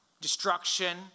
destruction